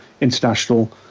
international